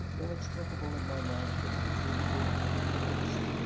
inextricable in my mind from being, with being an artist.